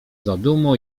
zadumą